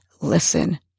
Listen